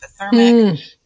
hypothermic